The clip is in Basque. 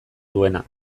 duena